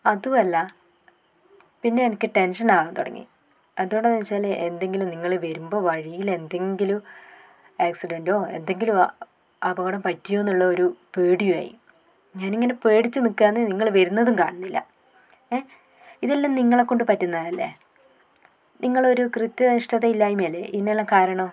അതുമല്ല പിന്നെ എനക്ക് ടെൻഷനാകാൻ തുടങ്ങി അതെന്തു കൊണ്ടാണെന്ന് ചോദിച്ചാൽ എന്തെങ്കിലും നിങ്ങൾ വരുമ്പോൾ വഴിയിൽ എന്തെങ്കിലും ആക്സിഡൻ്റോ എന്തെങ്കിലും അപകടം പറ്റിയോ എന്നുള്ള ഒരു പേടിയായി ഞാൻ ഇങ്ങനെ പേടിച്ചു നിക്കാന്ന് നിങ്ങൾ വരുന്നതും കാണുന്നില്ല ഇതെല്ലാം നിങ്ങളെ കൊണ്ട് പറ്റുന്നതല്ലേ നിങ്ങൾ ഒരു കൃത്യനിഷ്ഠത ഇല്ലായ്മയല്ലേ ഇതിനെല്ലാം കാരണം